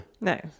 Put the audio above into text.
No